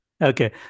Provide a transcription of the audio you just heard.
Okay